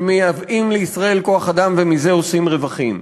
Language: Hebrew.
שמייבאים לישראל כוח-אדם ועושים מזה רווחים.